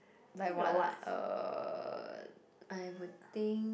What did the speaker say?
like what ah I would think